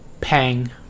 pang